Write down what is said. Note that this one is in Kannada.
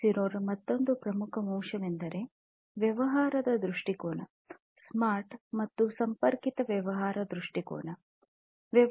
0 ರ ಮತ್ತೊಂದು ಪ್ರಮುಖ ಅಂಶವೆಂದರೆ ವ್ಯವಹಾರದ ದೃಷ್ಟಿಕೋನ ಸ್ಮಾರ್ಟ್ ಮತ್ತು ಸಂಪರ್ಕಿತ ವ್ಯಾಪಾರ ದೃಷ್ಟಿಕೋನ ಆಗಿದೆ